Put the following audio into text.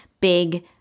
big